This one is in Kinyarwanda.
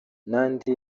n’andi